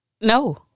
No